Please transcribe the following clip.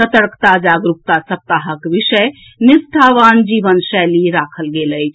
सतर्कता जागरूकता सप्ताहक विषय निष्ठावान जीवन शैली राखल गेल अछि